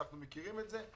אנחנו מכירים את זה,